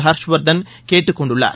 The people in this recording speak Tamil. ஹர்ஷ்வர்தன் கேட்டுக் கொண்டுள்ளார்